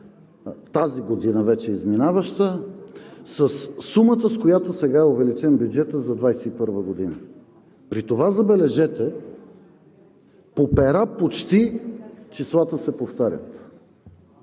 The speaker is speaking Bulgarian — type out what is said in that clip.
тази година – вече изминаваща, със сумата, с която сега е увеличен бюджетът за 2021 г. При това забележете, по пера числата почти се повтарят.